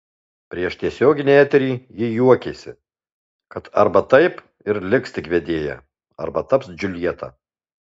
prieš tiesioginį eterį ji juokėsi kad arba taip ir liks tik vedėja arba taps džiuljeta